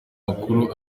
makuru